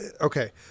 Okay